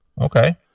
Okay